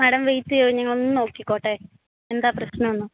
madam wait ചെയ്യുമോ ഞങ്ങളൊന്ന് നോക്കിക്കോട്ടെ എന്താ പ്രശ്നം എന്ന്